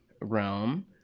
realm